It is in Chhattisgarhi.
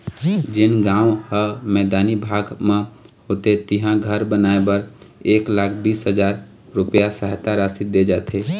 जेन गाँव ह मैदानी भाग म होथे तिहां घर बनाए बर एक लाख बीस हजार रूपिया सहायता राशि दे जाथे